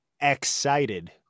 excited